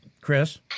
Chris